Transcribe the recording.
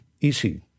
easy